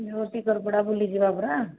ଜ୍ୟୋତି ଟିକରପଡ଼ା ବୁଲି ଯିବା ପରା